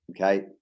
okay